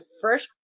first